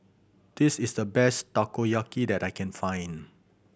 this is the best Takoyaki that I can find